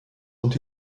und